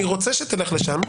אני רוצה שתלך לשם,